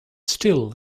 still